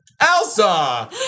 Elsa